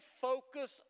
focus